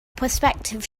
prospective